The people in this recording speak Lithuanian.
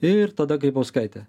ir tada grybauskaitė